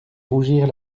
rougir